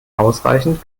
ausreichend